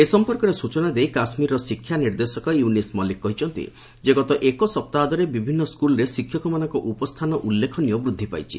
ଏ ସଂପର୍କରେ ସୂଚନା ଦେଇ କାଶ୍ମୀରର ଶିକ୍ଷା ନିର୍ଦ୍ଦେଶକ ୟୁନିସ୍ ମଲିକ କହିଛନ୍ତି ଯେ ଗତ ଏକସପ୍ତାହ ଧରି ବିଭିନ୍ନ ସ୍କୁଲରେ ଶିକ୍ଷକମାନଙ୍କ ଉପସ୍ଥାନ ଉଲ୍ଲ୍ରେଖନୀୟ ବୃଦ୍ଧି ପାଇଛି